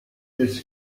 this